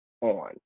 on